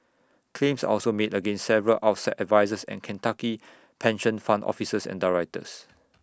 claims are also made against several outside advisers and Kentucky pension fund officers and directors